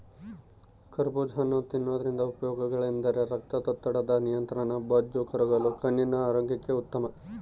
ಕರಬೂಜ ತಿನ್ನೋದ್ರಿಂದ ಉಪಯೋಗಗಳೆಂದರೆ ರಕ್ತದೊತ್ತಡದ ನಿಯಂತ್ರಣ, ಬೊಜ್ಜು ಕರಗಲು, ಕಣ್ಣಿನ ಆರೋಗ್ಯಕ್ಕೆ ಉತ್ತಮ